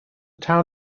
town